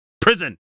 Prison